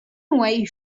away